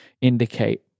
indicate